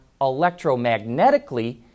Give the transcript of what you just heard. electromagnetically